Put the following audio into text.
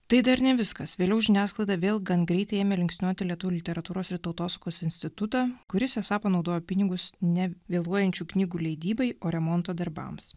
tai dar ne viskas vėliau žiniasklaida vėl gan greitai ėmė linksniuoti lietuvių literatūros ir tautosakos institutą kuris esą panaudojo pinigus ne vėluojančių knygų leidybai o remonto darbams